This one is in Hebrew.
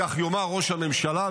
כך יאמר ראש הממשלה,